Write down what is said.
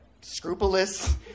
Scrupulous